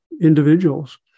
individuals